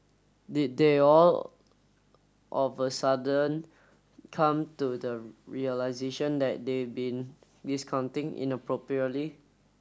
did they all of a sudden come to the realisation that they been discounting inappropriately